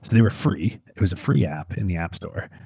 they were free, it was a free app in the app store,